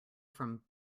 from